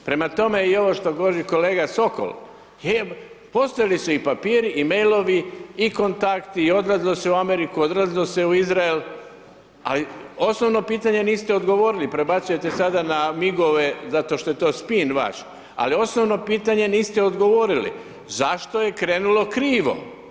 Prema tome, i ovo što govori kolega Sokol, postojali su i papiri i mailovi i kontakti i odlazilo se u Ameriku, odlazilo se u Izrael, a i osobno pitanje niste odgovorili, prebacujete sada na migove zato što je to spin vaš, ali osobno pitanje niste odgovorili, zašto je krenulo krivo?